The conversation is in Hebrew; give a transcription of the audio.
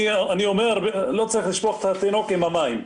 אני אומר, לא צריך לשפוך את התינוק עם המים.